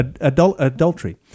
Adultery